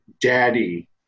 daddy